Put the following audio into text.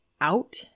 out